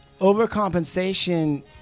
overcompensation